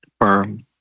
firm